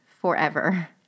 forever